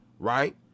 Right